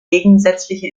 gegensätzliche